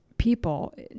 people